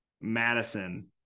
Madison